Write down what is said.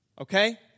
Okay